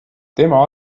tema